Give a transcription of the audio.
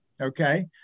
okay